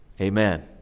Amen